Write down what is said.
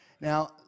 Now